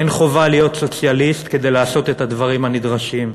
אין חובה להיות סוציאליסט כדי לעשות את הדברים הנדרשים.